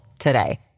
Today